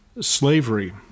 slavery